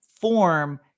form